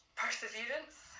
perseverance